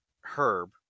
Herb